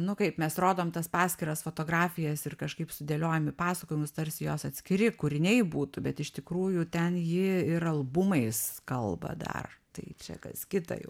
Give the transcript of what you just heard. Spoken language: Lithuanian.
nu kaip mes rodom tas paskiras fotografijas ir kažkaip sudėliojam į pasakojimus tarsi jos atskiri kūriniai būtų bet iš tikrųjų ten ji ir albumais kalba dar tai čia kas kita